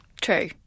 True